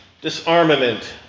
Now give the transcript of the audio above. disarmament